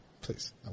Please